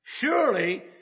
Surely